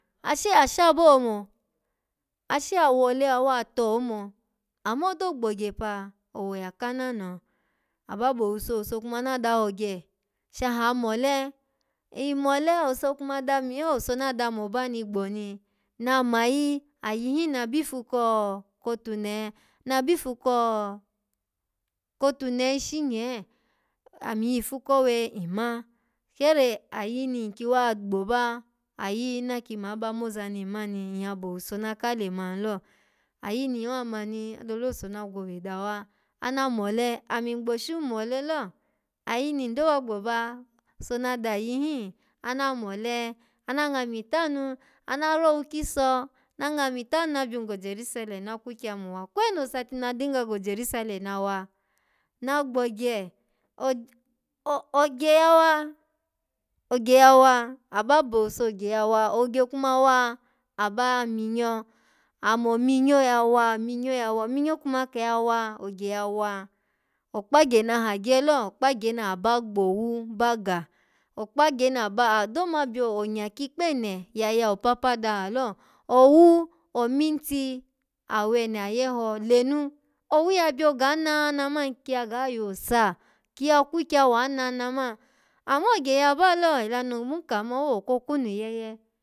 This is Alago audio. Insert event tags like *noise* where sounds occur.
Ashe ya sha bo omo. Ashe ya wole ya wato omo. Amma odo gbogye pa, owoya kanano aba bo owuso, owuso kuma na dahogye, shahan mole nmole owuso kuma dami yo owuso na dami oba ni gbo ni na mayi, ayi hinna bifu ko-kotunehe, na bifu ko-kotunehe ishi nye ami yifu kowe nma, kene ayi ni nki wa gboba, ayi naki maba moza ni mma ni, nyya bo owuso naka lemani lo ayi ni nwwa ma ni adole owuso na gwowe dawa ana mole ama gboshu mole lo, ayi ni ndo wa gboba, owuso na dayi hin, ana mole, ana nga mi tanu ana rowukiso, ana ngami tanu na byun go jerusele na kwikye amiwa, kweno osati na dinga go jerusele na wa na gbogye *hesitation* ogye yawa ogye yawa, aba bo owuso ogye ya wa. Ogye kuma wa, aba minyo amo ominyo yawa ominyo yawa, minyo kuma ke yawa, ogye yawa okpagye naha gye lo okpagye ni aba gbowu ba ga okpagye ni aba-ado ma byo onya kikpo ene ya yawu papa dahalo, owu ominti awene ayeho lenu. Owu ya byoga ananaman kyiya ga yosa, ya kwikye awo ananamani amma ogye yaba lo, ela no mun ka man owokwokwunu yeye.